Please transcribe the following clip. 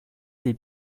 des